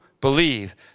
believe